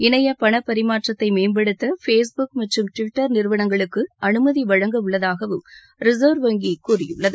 இணைய பணப்பரிமாற்றத்தை மேம்படுத்த ஃபேஸ்புக் மற்றும் டிவிட்டர் நிறவனங்களுக்கு அனுமதி வழங்க உள்ளதாகவும் ரிசர்வ் வங்கி கூறியுள்ளது